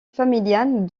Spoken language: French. familiale